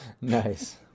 Nice